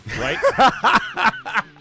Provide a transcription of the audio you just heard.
right